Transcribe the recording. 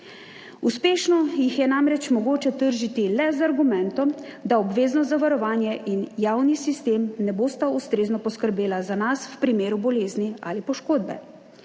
Uspešno jih je namreč mogoče tržiti le z argumentom, da obvezno zavarovanje in javni sistem ne bosta ustrezno poskrbela za nas v primeru bolezni ali poškodbe.